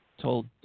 told –